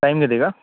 time घेते का